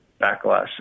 backlash